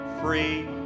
Free